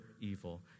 evil